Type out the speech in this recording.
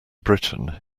britain